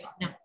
no